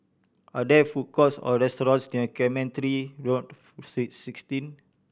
are there food courts or restaurants near Cemetry North Saint sixteen